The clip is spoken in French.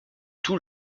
tout